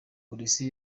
polisi